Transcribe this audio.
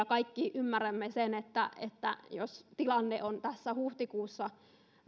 kaikki ymmärrämme sen että että jos tilanne on tässä huhtikuussa